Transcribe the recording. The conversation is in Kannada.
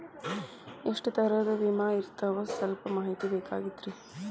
ಎಷ್ಟ ತರಹದ ವಿಮಾ ಇರ್ತಾವ ಸಲ್ಪ ಮಾಹಿತಿ ಬೇಕಾಗಿತ್ರಿ